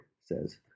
says